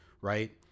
right